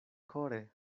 kore